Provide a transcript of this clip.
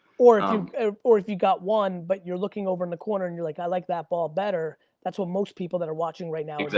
or or if you got one, but you're looking over in the corner and you're like, i like that ball better that's what most people that are watching right now